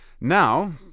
Now